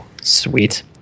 Sweet